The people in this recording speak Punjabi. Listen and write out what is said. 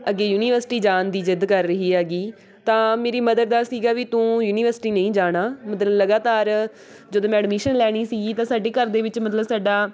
ਅੱਗੇ ਯੂਨੀਵਰਸਿਟੀ ਜਾਣ ਦੀ ਜਿੱਦ ਕਰ ਰਹੀ ਹੈਗੀ ਤਾਂ ਮੇਰੀ ਮਦਰ ਦਾ ਸੀਗਾ ਵੀ ਤੂੰ ਯੂਨੀਵਰਸਿਟੀ ਨਹੀਂ ਜਾਣਾ ਮਤਲਬ ਲਗਾਤਾਰ ਜਦੋਂ ਮੈਂ ਐਡਮਿਸ਼ਨ ਲੈਣੀ ਸੀ ਤਾਂ ਸਾਡੇ ਘਰ ਦੇ ਵਿੱਚ ਮਤਲਬ ਸਾਡਾ